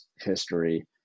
history